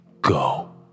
go